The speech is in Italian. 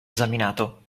esaminato